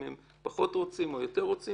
אם הם פחות רוצים או יותר רוצים,